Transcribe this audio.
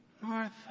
Martha